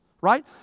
Right